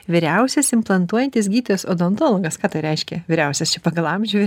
vyriausias implantuojantis gydytojas odontologas ką tai reiškia vyriausias čia pagal amžių